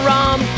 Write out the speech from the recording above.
Rum